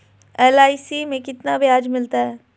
LIC में कितना ब्याज मिलता है?